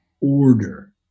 order